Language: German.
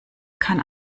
kann